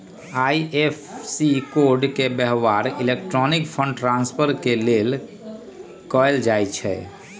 IFSC code के व्यव्हार electronic fund transfer के लेल कएल जाइ छइ